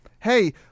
hey